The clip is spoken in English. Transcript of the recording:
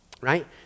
Right